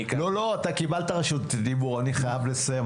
לא, כבר קיבלת רשות דיבור ואני חייב לסיים.